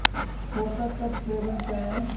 पोषक तत्व प्रबंधन क्या है?